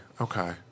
Okay